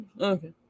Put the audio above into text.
Okay